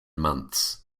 months